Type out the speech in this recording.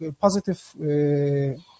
positive